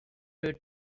her